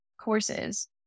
courses